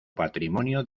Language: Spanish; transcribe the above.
patrimonio